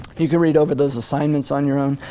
you can read over those assignments on your own.